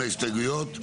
להסתייגויות,